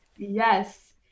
Yes